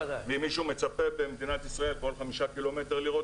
ואם מישהו מצפה בכל 5 קילומטר לראות